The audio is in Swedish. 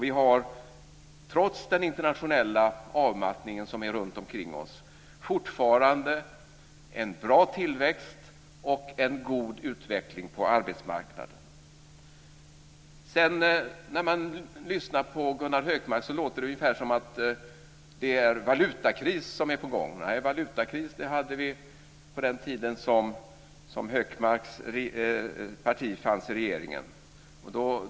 Vi har trots den internationella avmattningen runtomkring oss fortfarande en bra tillväxt och en god utveckling på arbetsmarknaden. När man lyssnar på Gunnar Hökmark låter det ungefär som att det är en valutakris som är på gång. Nej, valutakris det hade vi på den tiden då Hökmarks parti fanns i regeringen.